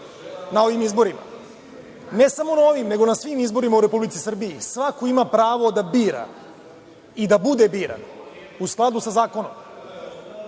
na ovim izborima, ne samo na ovim, nego na svim izborima u Republici Srbiji. Svako ima pravo da bira i da bude biran u skladu sa zakonom,